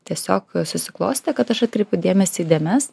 tiesiog susiklostė kad aš atkreipiau dėmesį į dėmes